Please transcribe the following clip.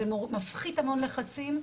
זה מפחית המון לחצים,